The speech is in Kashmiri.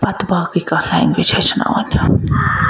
پَتہٕ باقے کانٛہہ لینگویج ہیٚچھناوٕنۍ